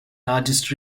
largest